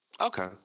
Okay